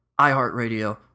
iHeartRadio